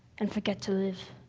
and forget to live,